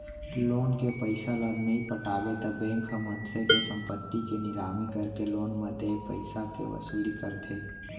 loan के पइसा ल नइ पटाबे त बेंक ह मनसे के संपत्ति के निलामी करके लोन म देय पइसाके वसूली करथे